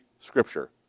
scripture